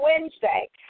Wednesday